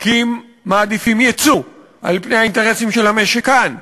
כי אם מעדיפים יצוא על-פני האינטרסים של המשק כאן.